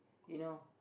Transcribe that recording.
you know